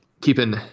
keeping